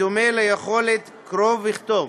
בדומה ליכולת קרוא וכתוב,